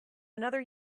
another